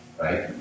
right